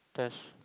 test